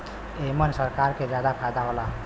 एमन सरकार के जादा फायदा होला